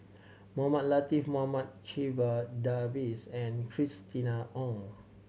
Mohamed Latiff Mohamed Checha Davies and Christina Ong